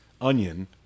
onion